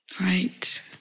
right